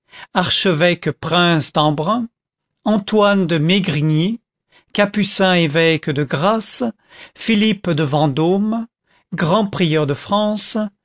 archevêque prince d'embrun antoine de mesgrigny capucin évêque de grasse philippe de vendôme grand prieur de france